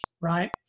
right